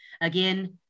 Again